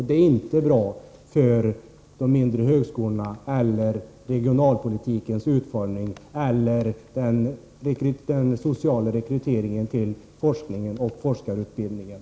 Det är inte bra för de mindre högskolorna — inte heller för regionalpolitikens utformning eller för den sociala rekryteringen till forskningen och forskarutbildningen.